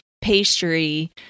pastry